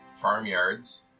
farmyards